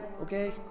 okay